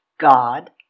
God